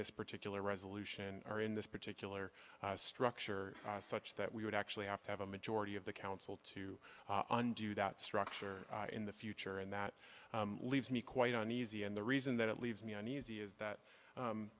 this particular resolution or in this particular structure such that we would actually have to have a majority of the council to undo that structure in the future that leaves me quite uneasy and the reason that it leaves me uneasy is that